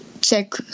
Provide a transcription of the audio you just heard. check